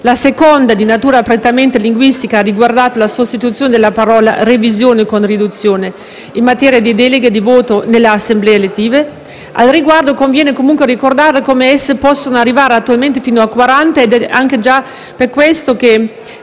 La seconda, di natura prettamente linguistica, ha riguardato la sostituzione della parola revisione con riduzione in materia di deleghe di voto nelle assemblee elettive. Al riguardo, conviene comunque ricordare come esse possono arrivare attualmente fino a 40. Il nuovo limite stabilito